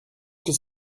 does